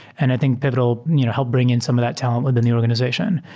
and i think pivotal help bring in some of that talent within the organization.